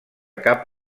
cap